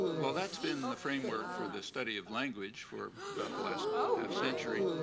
well, that's been the framework for the study of language for about the last half century.